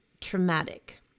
traumatic